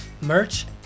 merch